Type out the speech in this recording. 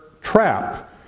trap